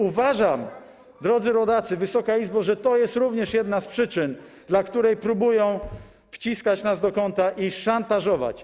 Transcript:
Uważam, drodzy rodacy, Wysoka Izbo, że to również jest jedna z przyczyn, dla których próbują wciskać nas do kąta i szantażować.